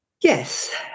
yes